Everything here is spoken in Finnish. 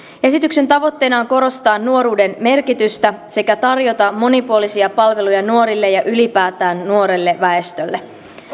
esityksen tavoitteena on korostaa nuoruuden merkitystä sekä tarjota monipuolisia palveluja nuorille ja ylipäätään nuorelle väestölle